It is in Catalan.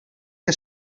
que